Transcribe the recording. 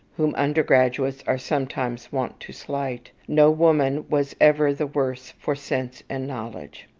whom undergraduates are sometimes wont to slight, no woman was ever the worse for sense and knowledge.